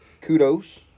kudos